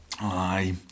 Aye